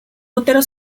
útero